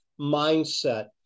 mindset